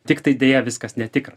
tiktai deja viskas netikra